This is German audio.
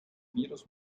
virus